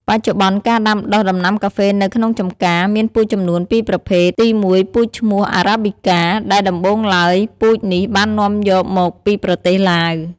បច្ចុប្បន្នការដាំដុះដំណាំកាហ្វេនៅក្នុងចម្ការ មានពូជចំនួនពីប្រភេទ ទីមួយពូជឈ្មោះ Arabica ដែលដំបូងឡើយពូជនេះបាននាំយកមកពីប្រទេសឡាវ។